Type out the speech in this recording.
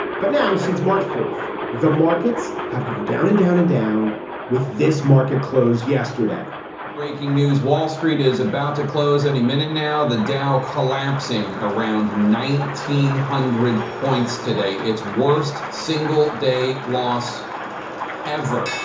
but now, since march fourth, the markets have gone down and down and down with this market closed yesterday with breaking news, wall street is about to close any minute now the dow collapsing around nineteen hundred points today. its worst single day loss ever